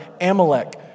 Amalek